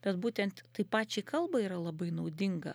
bet būtent tai pačiai kalbai yra labai naudinga